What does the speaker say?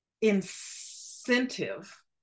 incentive